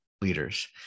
leaders